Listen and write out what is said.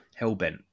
Hellbent